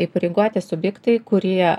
įpareigoti subjektai kurie